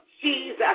Jesus